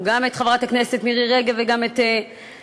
גם את חברת הכנסת מירי רגב וגם את הממשלה,